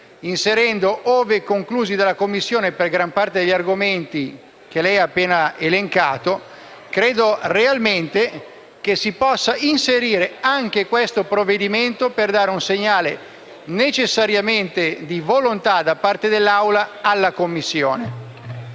formula «ove conclusi dalle Commissioni» per la gran parte degli argomenti che lei ha appena elencato, credo realmente si possa inserire anche questo provvedimento, per dare un segnale di volontà da parte dell'Assemblea alla Commissione.